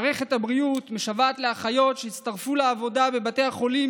מערכת הבריאות משוועת לאחיות שיצטרפו לעבודה בבתי החולים,